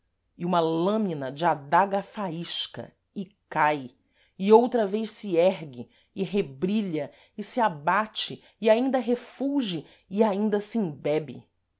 e uma lâmina de adaga faisca e cai e outra vez se ergue e rebrilha e se abate e ainda refulge e ainda se embebe